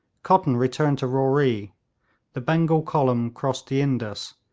cotton returned to roree the bengal column crossed the indus,